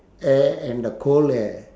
air and the cold air